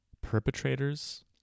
perpetrators